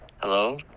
Hello